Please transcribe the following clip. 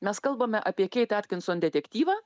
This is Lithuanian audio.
mes kalbame apie keit atkinson detektyvą